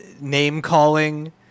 name-calling